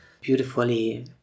beautifully